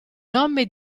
nome